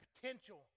potential